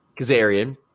Kazarian